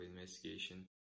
investigation